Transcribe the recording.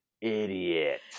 idiot